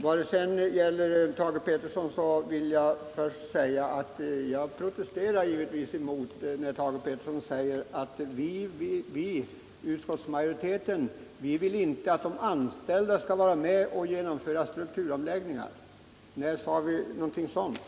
Vad gäller Thage Petersons inlägg vill jag först säga, att jag protesterar givetvis när Thage Peterson säger att vi inom utskottsmajoriteten inte vill att de anställda skall vara med och genomföra strukturomläggningar. När sade vi någonting sådant?